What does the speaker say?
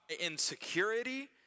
insecurity